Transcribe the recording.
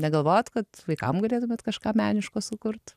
negalvot kad vaikam galėtumėt kažką meniško sukurt